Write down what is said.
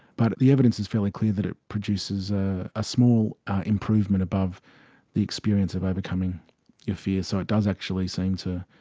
but the evidence is fairly clear that it produces a ah small improvement above the experience of overcoming their fear, so it does actually seem to,